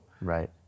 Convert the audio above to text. Right